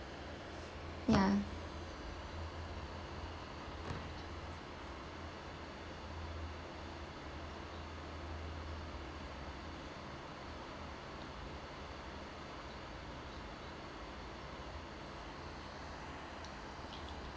ya